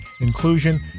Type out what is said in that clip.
inclusion